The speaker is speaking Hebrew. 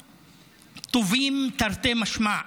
הטובים, תרתי משמע,